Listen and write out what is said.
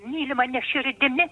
mylima ne širdimi